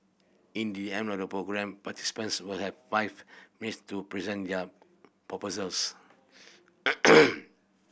in the end of the programme participants will have five minutes to present their proposals